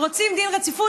רוצים דין רציפות.